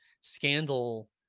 scandal